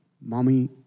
mommy